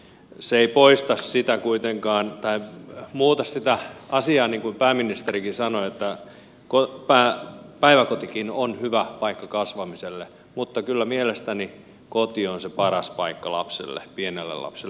se ei muuta sitä asiaa niin kuin pääministerikin sanoi että päiväkotikin on hyvä paikka kasvamiselle mutta kyllä mielestäni koti on se paras paikka lapselle pienelle lapselle nimenomaan